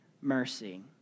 mercy